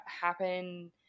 happen